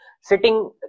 sitting